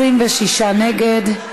26 נגד,